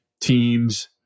teams